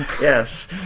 yes